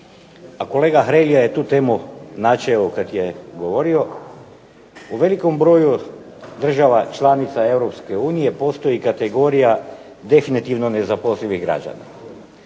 a kolega Hrelja je tu temu načeo kad je govorio, u velikom broju država članica Europske unije postoji kategorija definitivno nezaposlivih građana.